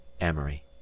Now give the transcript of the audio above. Amory